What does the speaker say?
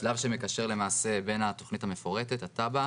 שלב שמקשר בין התכנית המפורטת התב"ע